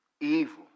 evil